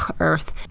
ah earth.